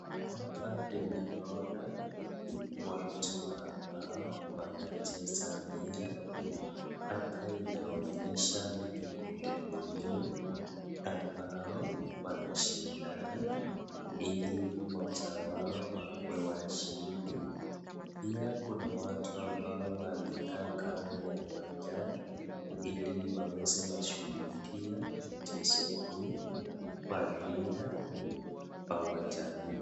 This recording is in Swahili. Hapa ninaona watu ambao wanacheza mpira, hapa inaonyesha ni vikundi viwili ambao wanashindana, ili mmoja wao akuwe washindi, pia kuna watu ambao wamekaa kando ya uwanjani, ili waweze kushuhudia mchezo huu wa mpira wa uwanja huu.